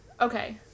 Okay